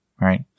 right